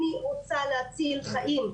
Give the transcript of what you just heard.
אני רוצה להציל חיים,